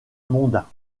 mondains